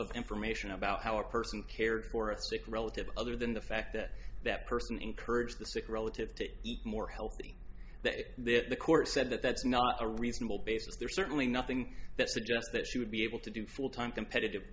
of information about how a person cared for a sick relative other than the fact that that person encouraged the sick relative to eat more healthy that the court said that that's not a reasonable basis there's certainly nothing that suggests that she would be able to do full time competitive